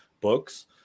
Books